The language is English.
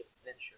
adventure